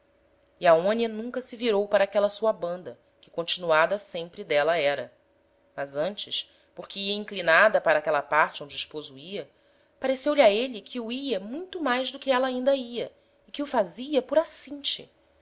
e aonia nunca se virou para aquela sua banda que continuada sempre d'éla era mas antes porque ia inclinada para aquela parte onde o esposo ia pareceu-lhe a êle que o ia muito mais do que éla ainda ia e que o fazia por acinte